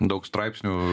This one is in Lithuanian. daug straipsnių